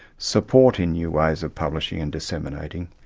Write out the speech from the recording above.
support in new ways of publishing and disseminating.